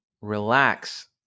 relax